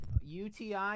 UTI